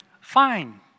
Fine